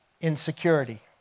insecurity